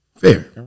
Fair